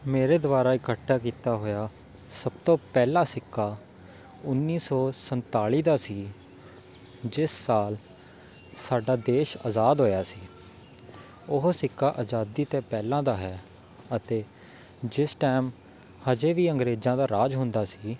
ਮੇਰੇ ਦੁਆਰਾ ਇਕੱਠਾ ਕੀਤਾ ਹੋਇਆ ਸਭ ਤੋਂ ਪਹਿਲਾ ਸਿੱਕਾ ਉੱਨੀ ਸੌ ਸੰਤਾਲੀ ਦਾ ਸੀ ਜਿਸ ਸਾਲ ਸਾਡਾ ਦੇਸ਼ ਆਜ਼ਾਦ ਹੋਇਆ ਸੀ ਉਹ ਸਿੱਕਾ ਆਜ਼ਾਦੀ ਤੋਂ ਪਹਿਲਾਂ ਦਾ ਹੈ ਅਤੇ ਜਿਸ ਟਾਇਮ ਅਜੇ ਵੀ ਅੰਗਰੇਜ਼ਾਂ ਦਾ ਰਾਜ ਹੁੰਦਾ ਸੀ